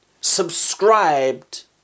subscribed